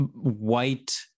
white